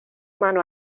mano